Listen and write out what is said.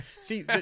See